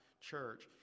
church